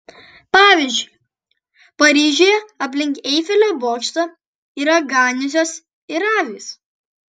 pavyzdžiui paryžiuje aplink eifelio bokštą yra ganiusios ir avys